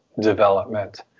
development